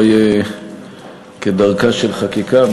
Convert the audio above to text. אולי כדרכה של חקיקה,